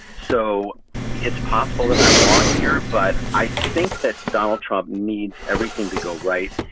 so it's possible that i'm wrong here. but i think that donald trump needs everything to go right.